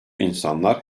insanlar